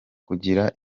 kugira